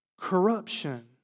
corruption